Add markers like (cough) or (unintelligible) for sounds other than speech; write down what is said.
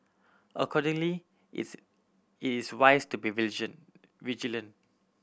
accordingly its it is wise to be (unintelligible) vigilant